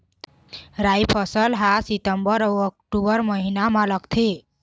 राई फसल हा सितंबर अऊ अक्टूबर महीना मा लगथे